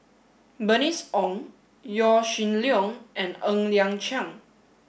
Bernice Ong Yaw Shin Leong and N Liang Chiang